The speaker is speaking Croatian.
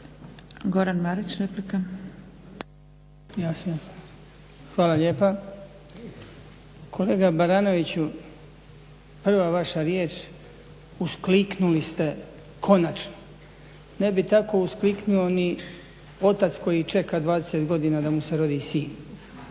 Goran (HDZ)** Hvala lijepa. Kolega Baranoviću prva vaša riječ uskliknuli ste "konačno", ne bi tako uskliknuo ni otac koji čeka 20 godina da mu se rodi sin.